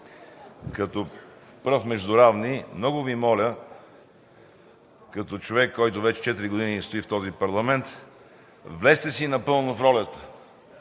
Като пръв между равни много Ви моля, като човек, който вече четири години стои в този парламент, влезте си напълно в ролята.